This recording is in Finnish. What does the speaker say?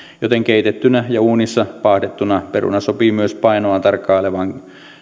joten keitettynä ja uunissa paahdettuna peruna sopii myös painoaan tarkkailevan